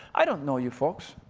i don't know you folks,